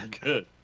good